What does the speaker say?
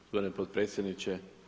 Gospodine potpredsjedniče.